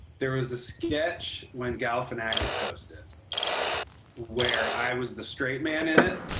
there was a sketch when galifianakis hosted where i was the straight man in it.